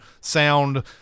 sound